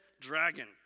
dragon